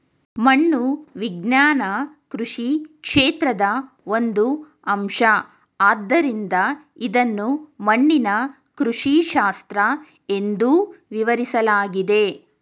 ಮಣ್ಣು ವಿಜ್ಞಾನ ಕೃಷಿ ಕ್ಷೇತ್ರದ ಒಂದು ಅಂಶ ಆದ್ದರಿಂದ ಇದನ್ನು ಮಣ್ಣಿನ ಕೃಷಿಶಾಸ್ತ್ರ ಎಂದೂ ವಿವರಿಸಲಾಗಿದೆ